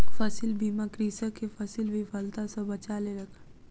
फसील बीमा कृषक के फसील विफलता सॅ बचा लेलक